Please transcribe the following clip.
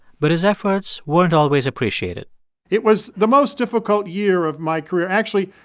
but his efforts weren't always appreciated it was the most difficult year of my career. actually,